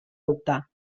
dubtar